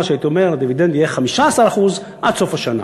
שהייתי אומר שזה יהיה 15% עד סוף השנה.